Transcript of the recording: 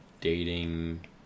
dating